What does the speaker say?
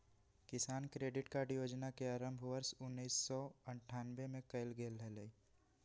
किसान credit card योजना के आरंभ वर्ष उन्नीसौ अठ्ठान्नबे में कइल गैले हल